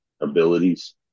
abilities